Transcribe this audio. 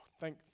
thank